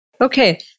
Okay